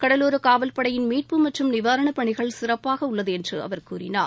கடலோர காவல்படையின் மீட்பு மற்றும் நிவாரணப்பணிகள் சிறப்பாக உள்ளது என்று அவர் கூறினார்